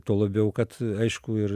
tuo labiau kad aišku ir